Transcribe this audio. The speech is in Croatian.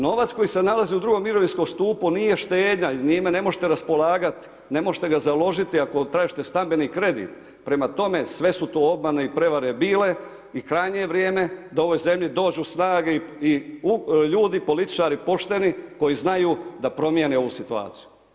Novac koji se nalazi u drugom mirovinskom stupu nije štednja, njime ne možete raspolagati, ne možete ga založiti ako tražite stambeni kredit, prema tome, sve su to obmane i prevare bile i krajnje je vrijeme da u ovoj zemlji dođu snage i ljudi, političari pošteni koji znaju da promjene ovu situaciju.